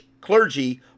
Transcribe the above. clergy